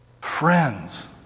Friends